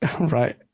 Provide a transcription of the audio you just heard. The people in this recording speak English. Right